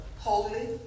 Holy